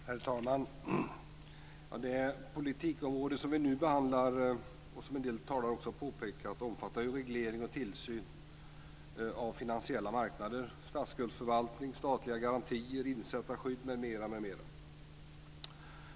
Herr talman! Det politikområde som vi nu behandlar omfattar, som en del talare redan påpekat, reglering och tillsyn av finansiella marknader, statsskuldsförvaltning, statliga garantier, insättarskydd m.m.